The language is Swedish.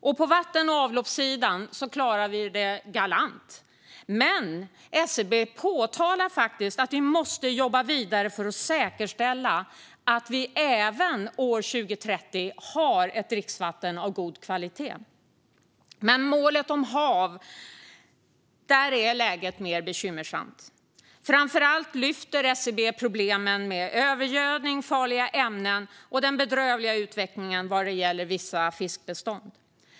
Och på vatten och avloppssidan klarar vi det galant, men SCB påpekar samtidigt att vi måste jobba vidare för att säkerställa att vi även 2030 har ett dricksvatten av god kvalitet. Då det gäller målet om hav är läget mer bekymmersamt. Framför allt lyfter SCB fram problem med övergödning, farliga ämnen och den bedrövliga utvecklingen vad gäller vissa fiskbestånd.